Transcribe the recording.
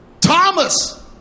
Thomas